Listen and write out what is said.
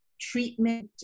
treatment